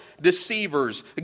deceivers